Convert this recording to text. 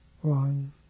One